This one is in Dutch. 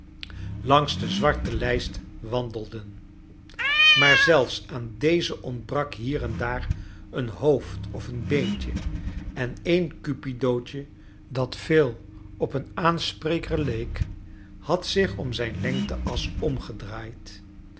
langs de zwarte lijst wandelden maar zelfs aan deze ontbrak hier en daar een hoofd of een beentje en een cupidootje dat veel op een aanspreker leek had zich om zijn lengte as omgedraai